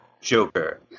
Joker